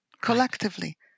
collectively